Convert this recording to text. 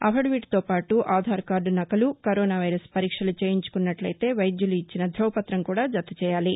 అఫిడవిట్తో పాటు ఆధార్ కార్డు నకలు corona virus పరీక్షలు చేయించు కున్నట్లయితే వైద్యులు ఇచ్చిన ధ్రువపత్రం కూడా జత చేయాలి